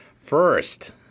First